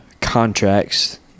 contracts